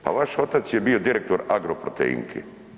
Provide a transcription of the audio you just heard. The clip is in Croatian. Pa vaš otac je bio direktor Agroproteinke.